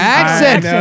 accent